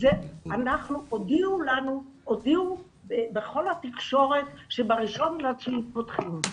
הודיעו בכל התקשורת שב-1.9 פותחים.